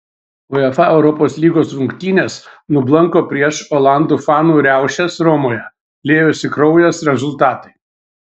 uefa europos lygos rungtynės nublanko prieš olandų fanų riaušes romoje liejosi kraujas rezultatai